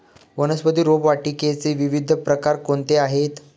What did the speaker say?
वनस्पती रोपवाटिकेचे विविध प्रकार कोणते आहेत?